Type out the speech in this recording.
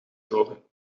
toren